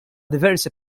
diversi